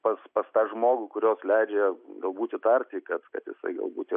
pas pas tą žmogų kurios leidžia galbūt įtarti kad kad jisai galbūt ir